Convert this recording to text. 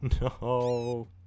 No